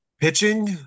Pitching